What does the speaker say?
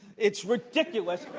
it's ridiculous.